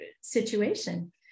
situation